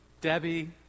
Debbie